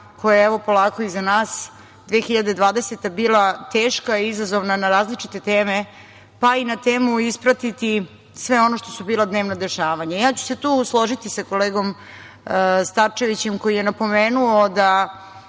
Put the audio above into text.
evo polako iza nas 2020. bila teška i izazovan na različite teme, pa i na temu ispratiti sve ono što su bila dnevna dešavanja. Tu ću se složiti sa kolegom Starčevićem koji je napomenuo da